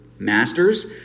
Masters